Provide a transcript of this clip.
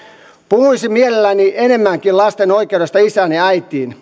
puhuisin mielelläni enemmänkin lasten oikeudesta isään ja äitiin